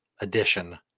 edition